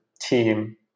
team